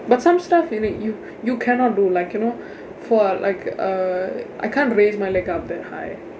but some stuff you really you you cannot do like you know for like uh I can't raise my leg up that high